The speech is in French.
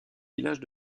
villages